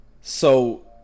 So-